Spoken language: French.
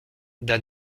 d’un